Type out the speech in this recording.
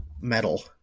metal